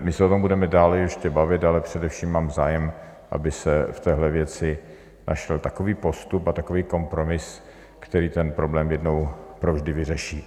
My se o tom budeme dále ještě bavit, ale především mám zájem, aby se v téhle věci našel takový postup a takový kompromis, který ten problém jednou provždy vyřeší.